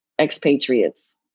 Expatriates